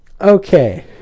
okay